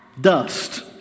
dust